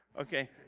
Okay